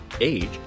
age